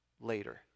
later